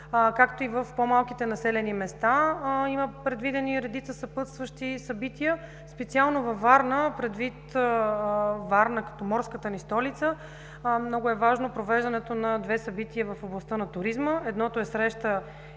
както и в по-малките населени места има предвидени редица съпътстващи събития. Специално във Варна, предвид Варна като морската ни столица, много е важно провеждането на две събития в областта на туризма. Едното е среща